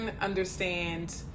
understand